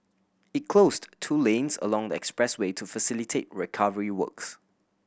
it closed two lanes along the expressway to facilitate recovery works